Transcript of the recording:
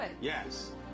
Yes